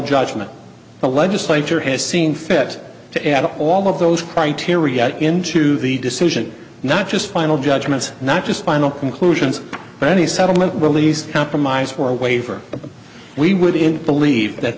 judgment the legislature has seen fit to add all of those criteria into the decision not just final judgments not just final conclusions but any settlement willy's compromise for a waiver but we wouldn't believe that